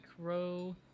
Crow